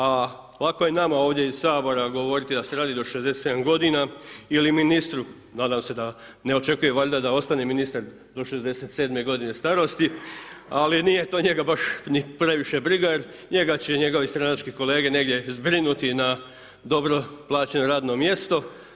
A lako je ovdje nama iz Sabora govoriti da se radi do 67 godina ili ministru, nadam se da ne očekuje valjda da ostane ministar do 67 godine starosti ali nije to njega baš ni previše briga jer njega će njegovi stranački kolege negdje zbrinuti na dobro plaćeno radno mjesto.